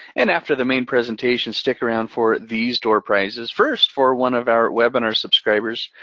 and after the main presentation, stick around for these door prizes. first for one of our webinar subscribers,